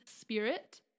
spirit